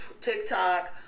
TikTok